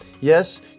Yes